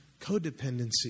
codependency